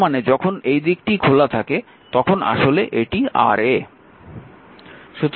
তার মানে যখন এই দিকটি খোলা থাকে তখন আসলে এটি Ra